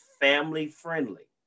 family-friendly